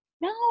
No